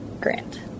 grant